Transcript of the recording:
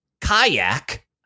kayak